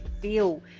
feel